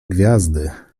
gwiazdy